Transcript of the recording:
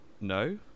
No